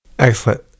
Excellent